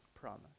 promise